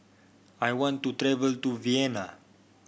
I want to travel to Vienna